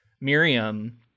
miriam